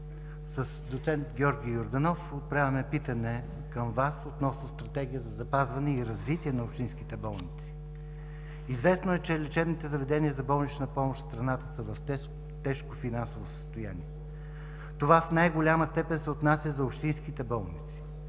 с доцент Георги Йорданов отправяме питане към Вас относно Стратегия за запазване и развитие на общинските болници. Известно е, че лечебните заведения за болнична помощ в страната са в тежко финансово състояние. Това в най-голяма степен се отнася за общинските болници.